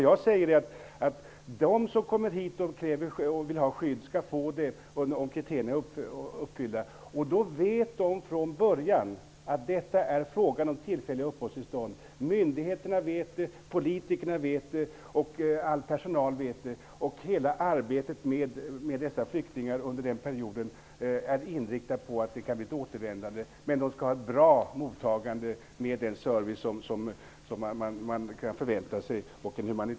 Jag menar att de som kommer hit och vill ha skydd skall få det om de uppfyller kriterierna. De vet från början att det är fråga om tillfälliga uppehållstillstånd. Myndigheterna vet det. Politikerna vet det, och all personal vet det. Hela arbetet med flyktingarna under denna period är inriktat på att det kan bli fråga om ett återvändande. De skall ha ett bra mottagande med den humanitära service som kan förväntas.